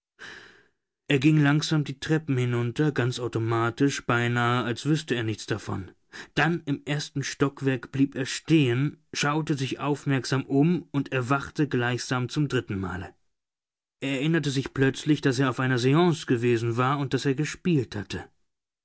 er ging langsam die treppen herunter ganz automatisch beinahe als wüßte er nichts davon dann im ersten stockwerk blieb er stehen schaute sich aufmerksam um und erwachte gleichsam zum dritten male er erinnerte sich plötzlich daß er auf einer seance gewesen war und daß er gespielt hatte